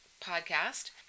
podcast